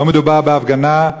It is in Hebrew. לא מדובר בהפגנה,